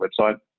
website